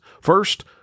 First